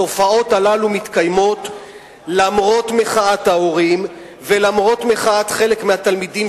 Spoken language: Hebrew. התופעות הללו מתקיימות למרות מחאת ההורים ולמרות מחאת חלק מהתלמידים,